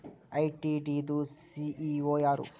ITD ದು CEO ಯಾರು?